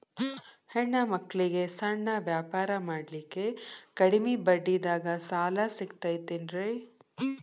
ಹೆಣ್ಣ ಮಕ್ಕಳಿಗೆ ಸಣ್ಣ ವ್ಯಾಪಾರ ಮಾಡ್ಲಿಕ್ಕೆ ಕಡಿಮಿ ಬಡ್ಡಿದಾಗ ಸಾಲ ಸಿಗತೈತೇನ್ರಿ?